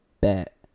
bet